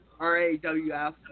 RAWF